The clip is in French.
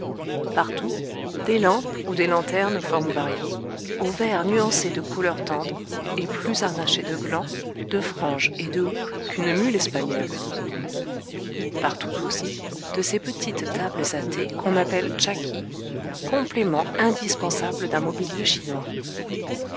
partout des lampes ou des lanternes aux formes variées aux verres nuancés de couleurs tendres et plus harnachées de glands de franges et de houppes qu'une mule espagnole partout aussi de ces petites tables à thé qu'on appelle tcha ki complément indispensable d'un mobilier chinois